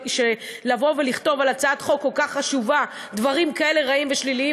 לבוא ולכתוב על הצעת חוק כל כך חשובה דברים כאלה רעים ושליליים,